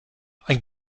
ein